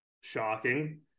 shocking